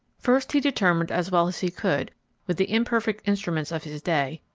first he determined as well as he could with the imperfect instruments of his day,